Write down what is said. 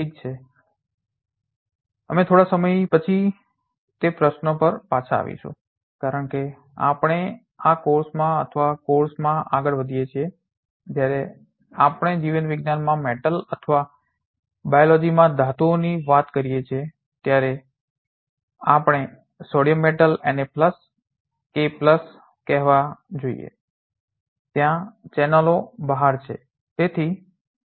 ઠીક છે અમે થોડા સમય પછી તે પ્રશ્નો પર પાછા આવીશું કારણ કે આપણે આ કોર્સમાં અથવા કોર્સમાં આગળ વધીએ છીએ જ્યારે આપણે જીવવિજ્ઞાન માં મેટલ અથવા બાયોલોજીમાં ધાતુઓની વાત કરીએ છીએ ત્યારે આપણે સોડિયમ મેટલ Na K કહેવા જોઈએ ત્યાં ચેનલો બરાબર છે